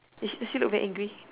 is is he look very angry